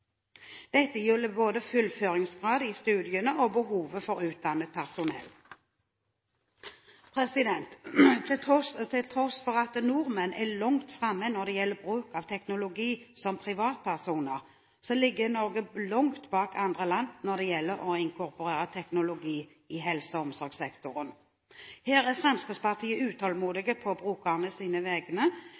gjelder både fullføringsgrad i studiene og behovet for utdannet personell. Til tross for at nordmenn er langt fremme når det gjelder bruk av teknologi som privatpersoner, ligger Norge langt bak andre land når det gjelder å inkorporere teknologien i helse- og omsorgssektoren. Her er Fremskrittspartiet utålmodig på brukernes vegne.